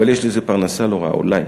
אבל יש לזה פרנסה לא רעה, אולי.